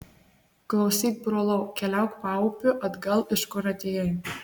klausyk brolau keliauk paupiu atgal iš kur atėjai